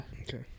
Okay